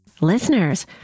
Listeners